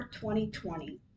2020